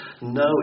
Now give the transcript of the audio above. No